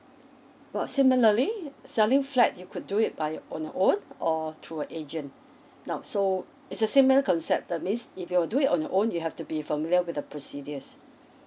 what similarly selling flat you could do it by on your own or through a agent now so it's a similar concept that means if you're do it on your own you have to be familiar with the procedures